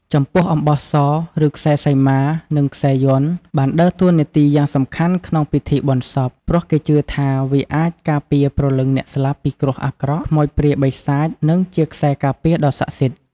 ចំពោះអំបោះស ឬខ្សែសីមា និងខ្សែយ័ន្ត បានដើរតួនាទីយ៉ាងសំខាន់ក្នុងពិធីបុណ្យសព ព្រោះគេជឿថាវាអាចការពារព្រលឹងអ្នកស្លាប់ពីគ្រោះអាក្រក់ ខ្មោចព្រាយបិសាច និងជាខ្សែការពារដ៏ស័ក្តិសិទ្ធិ។